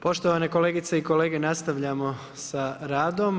Poštovane kolegice i kolege, nastavljamo sa radom.